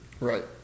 Right